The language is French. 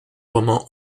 roman